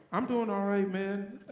i'm doing all right man,